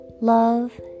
love